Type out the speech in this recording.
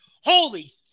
Holy